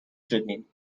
شدین